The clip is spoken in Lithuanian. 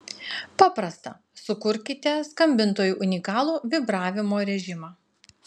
paprasta sukurkite skambintojui unikalų vibravimo režimą